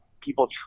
people